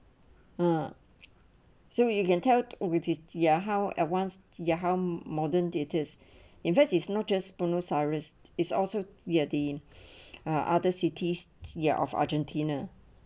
uh so you can tell with this ya how advanced ya how modern theatres inverse is not as ponnu terrorist is also gearldine or other cities ya of argentina